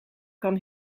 kan